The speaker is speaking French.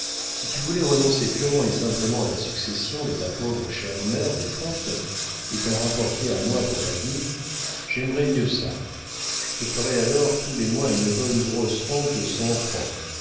si tu voulais renoncer purement et simplement à la succession de ta pauvre chère mère défunte et t'en rapporter à moi pour l'avenir j'aimerais mieux ça je te ferais alors tous les mois une bonne grosse rente de cent francs